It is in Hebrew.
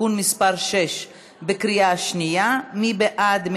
(תיקון מס' 6). מי בעד?